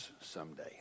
someday